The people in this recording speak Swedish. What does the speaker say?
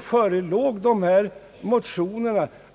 förelåg folkpartiets och centerpartiets motioner.